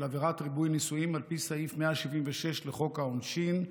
עבירת ריבוי נישואים על פי סעיף 176 לחוק העונשין,